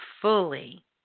fully